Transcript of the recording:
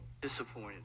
disappointed